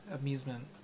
amusement